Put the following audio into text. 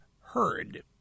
heard